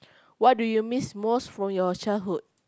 what do you miss most from your childhood